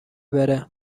بره